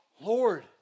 Lord